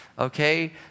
Okay